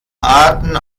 arten